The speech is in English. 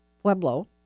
Pueblo